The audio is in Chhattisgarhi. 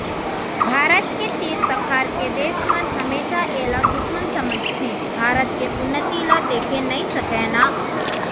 भारत के तीर तखार के देस मन हमेसा एला दुस्मन समझथें भारत के उन्नति ल देखे नइ सकय ना